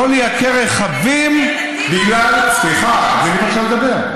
לא לייקר רכבים בגלל, סליחה, תני לי בבקשה לדבר.